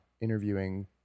interviewing